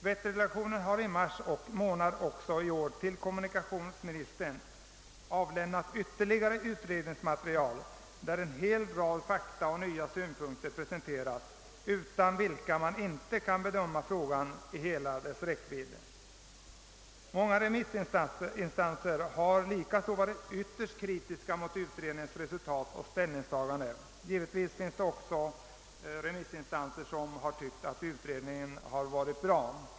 Vätterdelegationen har i mars månad i år till kommunikationsministern avlämnat ytterligare utredningsmaterial, där en hel rad fakta och nya synpunkter presenteras utan vilka man inte kan bedöma frågan i hela dess vidd. Många remissinstanser har också varit ytterst kritiska mot utredningens resultat och ställningstaganden. Givetvis finns det också remissinstanser som har tyckt att utredningens resultat har varit bra.